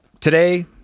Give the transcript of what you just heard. today